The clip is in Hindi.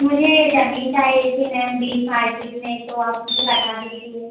मुझे ज़मीन चाहिए थी मैम बीच मार्केट में तो आप मुझे बता दीजिए